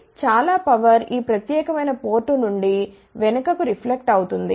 కాబట్టి చాలా పవర్ ఈ ప్రత్యేకమైన పోర్ట్ నుండి వెనకకు రిఫ్లెక్ట్ అవుతుంది